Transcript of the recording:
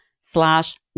slash